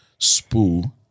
Spoo